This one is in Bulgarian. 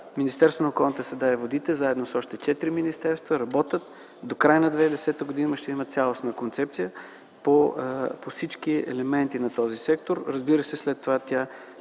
Министерството на околната среда и водите, заедно с още четири министерства, работят – до края на 2010 г. ще има цялостна концепция по всички елементи на този сектор. Разбира се, след това тя